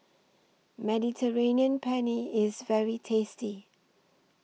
Mediterranean Penne IS very tasty